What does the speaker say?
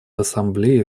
ассамблеей